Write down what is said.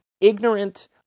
Ignorant